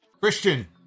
Christian